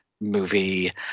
movie